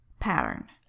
pattern